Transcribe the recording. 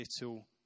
Little